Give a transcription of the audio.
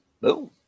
Boom